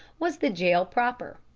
was the jail proper.